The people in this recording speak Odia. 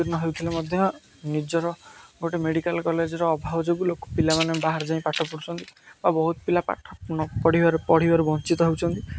ଉତ୍ତୀର୍ଣ୍ଣ ହେଉଥିଲେ ମଧ୍ୟ ନିଜର ଗୋଟେ ମେଡ଼ିକାଲ୍ କଲେଜ୍ର ଅଭାବ ଯୋଗୁଁ ଲୋକ ପିଲାମାନେ ବାହାର ଯାଇ ପାଠ ପଢ଼ୁଛନ୍ତି ବା ବହୁତ ପିଲା ପାଠ ପଢ଼ିବାରେ ପଢ଼ିବାରୁ ବଞ୍ଚିତ ହେଉଛନ୍ତି